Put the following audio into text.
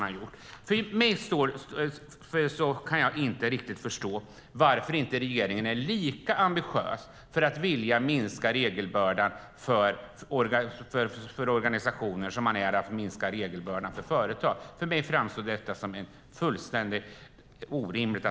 Jag kan inte riktigt förstå varför regeringen inte är lika ambitiös att vilja minska regelbördan för organisationer som för företag. För mig framstår det som fullständigt orimligt.